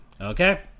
Okay